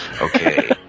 Okay